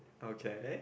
okay